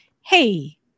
hey